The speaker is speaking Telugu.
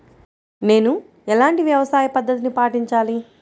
నేను ఎలాంటి వ్యవసాయ పద్ధతిని పాటించాలి?